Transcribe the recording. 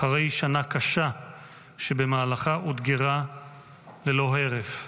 אחרי שנה קשה שבמהלכה אותגרה ללא הרף.